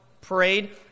parade